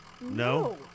No